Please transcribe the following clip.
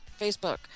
Facebook